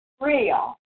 Real